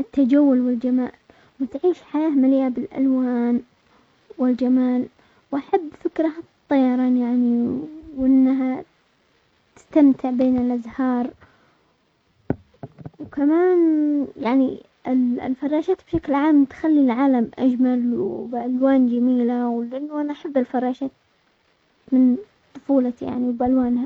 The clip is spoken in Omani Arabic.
التجول والجمال وتعيش حياة مليئة بالالوان والجمال، واحب فكرة الطيران يعني وانها تستمتع بين الازهار، وكمان يعني الفراشات بشكل عام تخلي العالم اجمل وبالوان جميلة، ولانه انا احب الفراشة من طفولتي يعني وبالوانها.